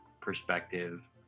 perspective